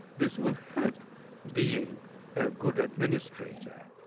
this will help being a good administrator,